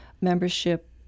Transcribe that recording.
membership